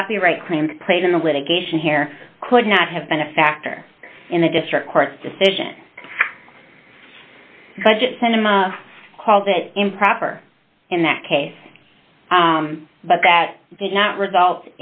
copyright claims played in the litigation here could not have been a factor in the district court decision budget cinema called it improper in that case but that did not result